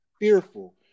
fearful